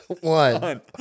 One